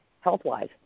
health-wise